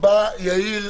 בא יאיר,